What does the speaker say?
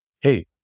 hey